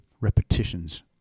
repetitions